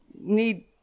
need